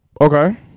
Okay